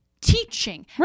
Teaching